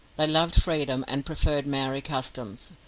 they loved freedom, and preferred maori customs,